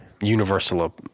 universal